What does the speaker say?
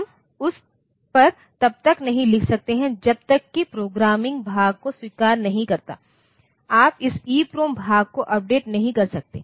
हम उस पर तब तक नहीं लिख सकते जब तक कि वह प्रोग्रामिंग भाग को स्वीकार नहीं करता आप इस ईप्रोम भाग को अपडेट नहीं कर सकते